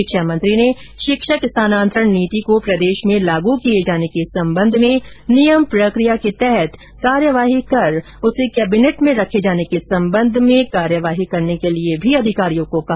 शिक्षामंत्री ने शिक्षक स्थानान्तरण नीति को प्रदेश में लागू किए जाने के संबंध में नियम प्रक्रिया के तहत कार्यवाही कर उसे कैबिनेट में रखे जाने के संबंध में कार्यवाही करने के लिए भी अधिकारियों को कहा